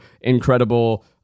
incredible